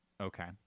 Okay